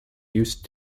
used